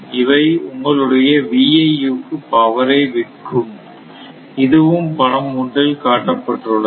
இவை உங்களுடைய VIU க்கு பவரை விற்கும் இதுவும் படம் 1 இல் காட்டப்பட்டுள்ளது